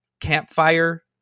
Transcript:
campfire